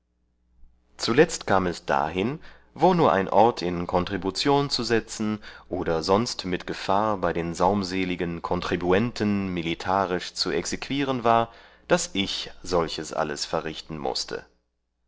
zuletzt kam es dahin wo nur ein ort in kontribution zu setzen oder sonst mit gefahr bei den saumseligen kontribuenten militarisch zu exequieren war daß ich solches alles verrichten mußte